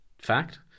fact